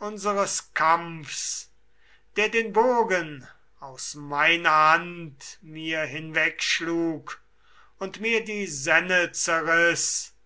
unseres kampfs der den bogen aus meiner hand mir hinwegschlug und mir die senne